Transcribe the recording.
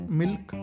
milk